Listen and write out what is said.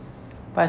okay lah